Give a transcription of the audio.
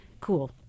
cool